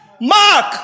Mark